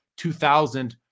2000